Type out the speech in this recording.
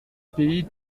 pays